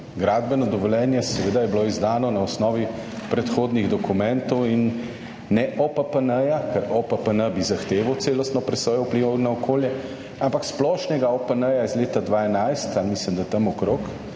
gradbeno dovoljenje seveda je bilo izdano na osnovi predhodnih dokumentov in ne OPPN-ja, ker OPPN bi zahteval celostno presojo vplivov na okolje, ampak splošnega OPN-ja iz leta 2011 ali mislim, da tam okrog,